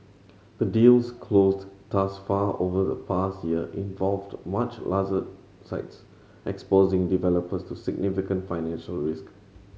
the deals closed thus far over the past year involved much larger sites exposing developers to significant financial risk